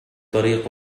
طرق